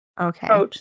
Okay